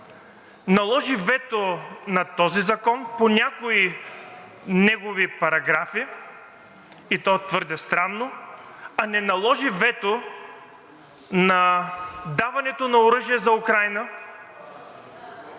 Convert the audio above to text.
наложи вето на този закон по някои негови параграфи, и то твърде странно, а не наложи вето на даването на оръжия за Украйна?